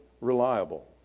reliable